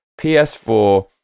ps4